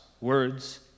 words